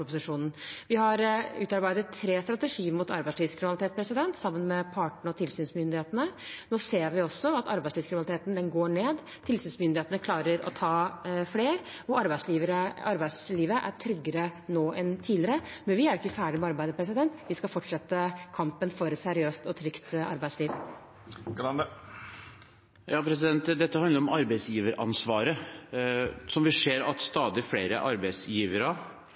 Vi har utarbeidet tre strategier mot arbeidslivskriminalitet, sammen med partene og tilsynsmyndighetene. Nå ser vi også at arbeidslivskriminaliteten går ned, tilsynsmyndighetene klarer å ta flere, og arbeidslivet er tryggere nå enn tidligere. Men vi er ikke ferdig med arbeidet. Vi skal fortsette kampen for et seriøst og trygt arbeidsliv. Dette handler om arbeidsgiveransvaret, som vi ser at stadig flere arbeidsgivere